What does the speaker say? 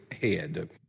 head